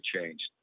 changed